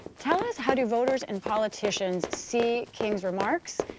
tell us, how do voters and politicians see king's remarks,